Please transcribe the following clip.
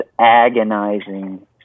agonizing